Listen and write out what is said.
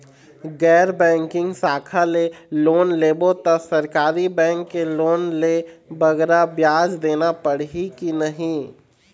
गैर बैंकिंग शाखा ले लोन लेबो ता सरकारी बैंक के लोन ले बगरा ब्याज देना पड़ही ही कि नहीं?